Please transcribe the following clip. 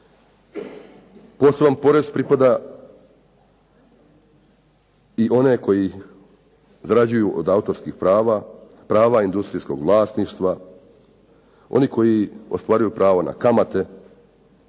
Poseban porez pripada i one koji zarađuju od autorskih prava, prava industrijskog vlasništva, oni koji ostvaruju prava na kamate